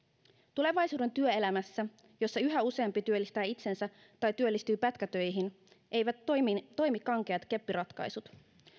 tulevaisuuden työelämässä jossa yhä useampi työllistää itsensä tai työllistyy pätkätöihin eivät toimi toimi kankeat keppiratkaisut